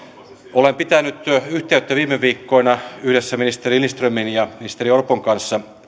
olen pitänyt yhteyttä viime viikkoina yhdessä ministeri lindströmin ja ministeri orpon kanssa